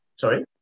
Sorry